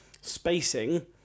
spacing